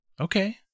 Okay